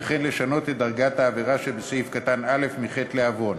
וכן לשנות את דרגת העבירה שבסעיף קטן (א) מחטא לעוון.